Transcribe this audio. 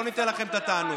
לא ניתן לכם את התענוג.